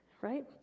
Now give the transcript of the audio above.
right